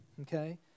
Okay